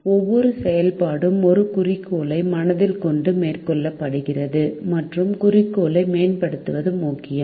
ஒவ்வொரு செயல்பாடும் ஒரு குறிக்கோளை மனதில் கொண்டு மேற்கொள்ளப்படுகிறது மற்றும் குறிக்கோளை மேம்படுத்துவது முக்கியம்